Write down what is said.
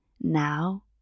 now